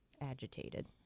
agitated